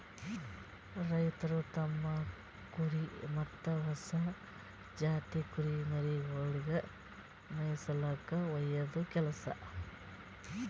ರೈತ್ರು ತಮ್ಮ್ ಕುರಿ ಮತ್ತ್ ಹೊಸ ಜಾತಿ ಕುರಿಮರಿಗೊಳಿಗ್ ಮೇಯಿಸುಲ್ಕ ಒಯ್ಯದು ಕೆಲಸ